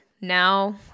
now